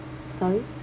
sorry